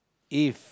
if